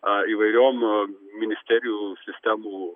a įvairiom ministerijų sistemų